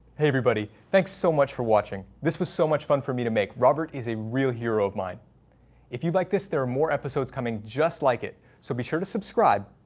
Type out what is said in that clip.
hey everybody. thanks so much for watching this was so much fun for me to make robert is a real hero of mine if you like this there are more episodes coming just like it. so be sure to subscribe